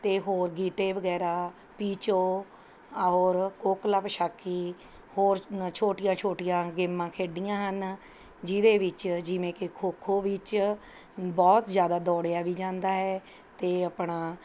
ਅਤੇ ਹੋਰ ਗੀਟੇ ਵਗੈਰਾ ਪੀਚੋ ਔਰ ਕੌਕਲਾ ਪਛਾਕੀ ਹੋਰ ਨਾ ਛੋਟੀਆਂ ਛੋਟੀਆਂ ਗੇਮਾਂ ਖੇਡੀਆਂ ਹਨ ਜਿਹਦੇ ਵਿੱਚ ਜਿਵੇਂ ਕਿ ਖੋ ਖੋ ਵਿੱਚ ਬਹੁਤ ਜ਼ਿਆਦਾ ਦੌੜਿਆ ਵੀ ਜਾਂਦਾ ਹੈ ਅਤੇ ਆਪਣਾ